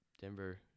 Denver